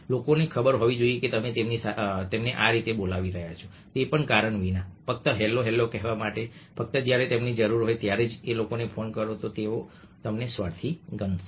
લોકોને ખબર હોવી જોઈએ કે તમે તેમને આ રીતે બોલાવી રહ્યા છો તે પણ કારણ વિના ફક્ત હેલ્લો કહેવા માટે ફક્ત જ્યારે તમને જરૂર હોય ત્યારે જ આ લોકોને ફોન કરો તો તેઓ તમને સ્વાર્થી ગણશે